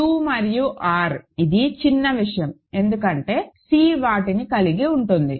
Q మరియు R ఇది చిన్నవిషయం ఎందుకంటే C వాటిని కలిగి ఉంటుంది